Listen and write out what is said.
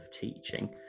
teaching